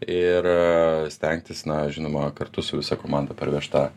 ir stengtis na žinoma kartu su visa komanda parvežt tą